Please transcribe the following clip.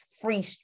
free